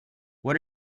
what